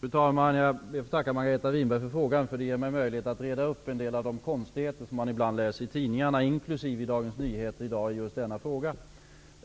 Fru talman! Jag ber att få tacka Margareta Winberg, eftersom den ger mig möjlighet att reda upp en del av de konstigheter som man ibland läser om i tidningarna. Det gäller t.ex. Dagens Nyheter, som i dag tar upp denna fråga.